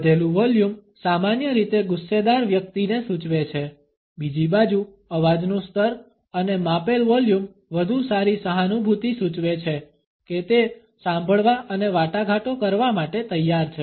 વધેલું volume સામાન્ય રીતે ગુસ્સેદાર વ્યક્તિને સૂચવે છે બીજી બાજુ અવાજનું સ્તર અને માપેલ વોલ્યુમ વધુ સારી સહાનુભૂતિ સૂચવે છે કે તે સાંભળવા અને વાટાઘાટો કરવા માટે તૈયાર છે